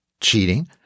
cheating